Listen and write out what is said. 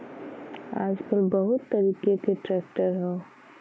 आजकल बहुत तरीके क ट्रैक्टर हौ